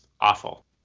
awful